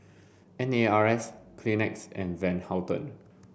N A R S Kleenex and Van Houten